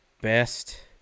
best